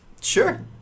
Sure